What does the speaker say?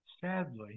Sadly